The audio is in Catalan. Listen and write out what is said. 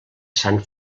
sant